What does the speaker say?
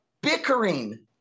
bickering